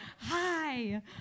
Hi